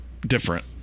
different